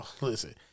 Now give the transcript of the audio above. listen